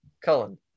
Cullen